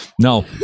no